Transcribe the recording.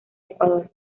ecuador